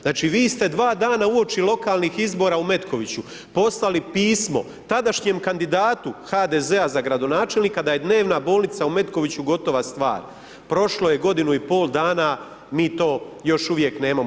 Znači vi ste dva dana uoči lokalnih izbora u Metkoviću, poslali pismo tadašnjem kandidatu HDZ-a za gradonačelnika da je dnevna bolnica u Metkoviću gotova stvar, prošlo je godinu i pol dana mi to još uvijek nemamo.